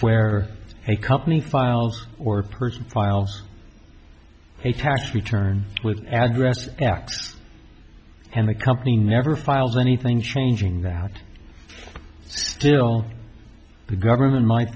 where a company files or person files a tax return address and the company never filed anything changing that still the government might